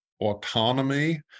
autonomy